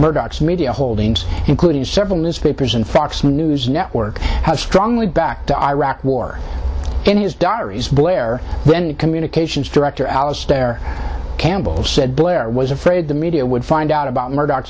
murdoch's media holdings including several newspapers and fox news network has strongly backed the iraq war in his diaries blair communications director alastair campbell said blair was afraid the media would find out about murdoch